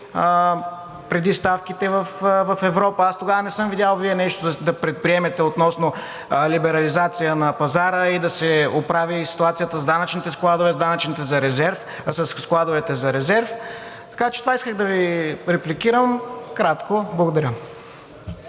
преди ставките в Европа. Аз тогава не съм видял Вие нещо да предприемете относно либерализацията на пазара и да се оправи ситуацията с данъчните складове, със складовете за резерв. Така че това исках да Ви репликирам, кратко. Благодаря.